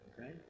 okay